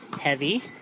heavy